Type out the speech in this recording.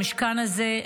המשכן הזה,